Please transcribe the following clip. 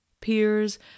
peers